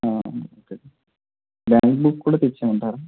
ఆ okay bank book కూడా తెచ్చేయమంటారా